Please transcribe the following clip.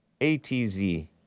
A-T-Z